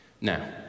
Now